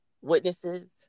witnesses